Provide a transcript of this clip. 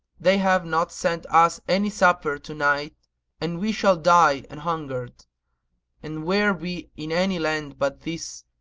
they have not sent us any supper to-night and we shall die an hungered and were we in any land but this,